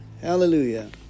Hallelujah